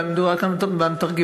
מדובר כאן במתרגמים,